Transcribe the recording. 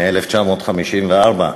מ-1954,